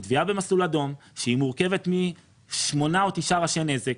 זה תביעה במסלול אדום שהיא מורכבת משמונה או תשעה ראשי נזק,